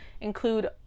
include